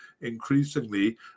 increasingly